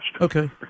Okay